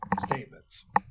statements